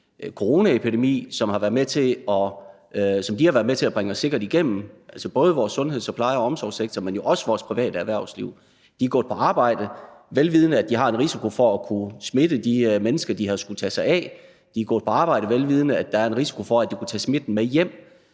coronaepidemi, som de har været med til at bringe os sikkert igennem, altså både vores sundheds- og pleje- og omsorgssektor, men jo også vores private erhvervsliv. De er gået på arbejde, vel vidende at de har en risiko for at kunne smitte de mennesker, de har skullet tage sig af. De er gået på arbejde, vel vidende at der er en risiko for, at de kunne tage smitte med hjem.